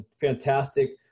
fantastic